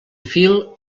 fil